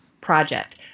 project